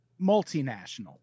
multinational